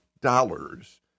dollars